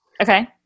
Okay